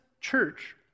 church